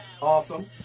Awesome